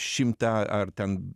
šimtą ar ten